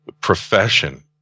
profession